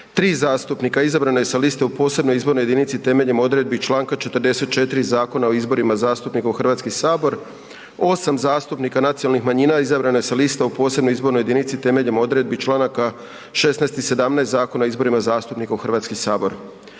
3 zastupnika izabrano je sa liste u posebnoj izbornoj jedinici temeljem odredbi Članka 44. Zakona o izborima zastupnika u Hrvatski sabor, 8 zastupnika nacionalnih manjina izabrano je sa liste u posebnoj izbornoj jedinici temeljem odredbi Članaka 16. i 17. Zakona o izborima zastupnika u Hrvatski sabor.